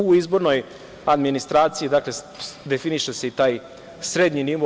U izbornoj administraciji, dakle, definiše se i taj srednji nivo.